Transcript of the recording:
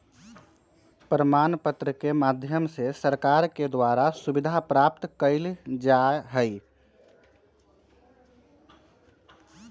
प्रमाण पत्र के माध्यम से सरकार के द्वारा सुविधा प्राप्त कइल जा हई